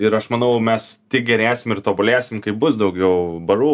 ir aš manau mes tik gerėsim ir tobulėsime kai bus daugiau barų